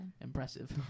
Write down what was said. impressive